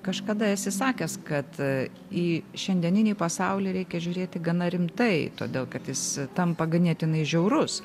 kažkada esi sakęs kad į šiandieninį pasaulį reikia žiūrėti gana rimtai todėl kad jis tampa ganėtinai žiaurus